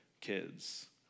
kids